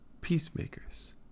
peacemakers